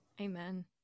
Amen